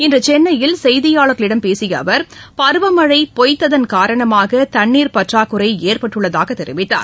இன்று சென்னையில் செய்தியாளர்களிடம் பேசிய அவர் பருவமழை பொய்த்ததன் காரணமாக தண்ணீர் பற்றாக்குறை ஏற்பட்டுள்ளதாக தெரிவித்தார்